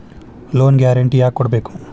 Loan guarantee ಯಾಕ್ ಕೊಡ್ಬೇಕು?